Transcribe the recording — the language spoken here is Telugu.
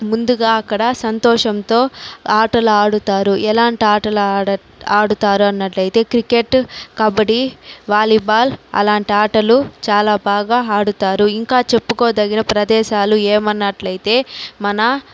ముందుగా అక్కడ సంతోషంతో ఆటలాడుతారు ఎలాంటి ఆటలు ఆడుతారు అన్నట్లయితే క్రికెట్ కబడి వాలీబాల్ అలాంటి ఆటలు చాలా బాగా ఆడుతారు ఇంకా చెప్పుకోదగిన ప్రదేశాలు ఏమన్నట్లయితే మన